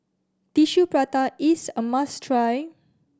Tissue Prata is a must try